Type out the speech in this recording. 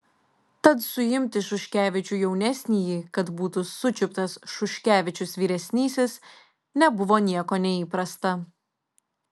tad suimti šuškevičių jaunesnįjį kad būtų sučiuptas šuškevičius vyresnysis nebuvo nieko neįprasta